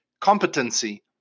competency